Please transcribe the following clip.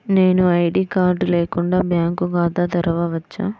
నేను ID card లేకుండా bank ఖాతా తెరవచ్చా?